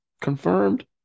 confirmed